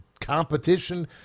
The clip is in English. competition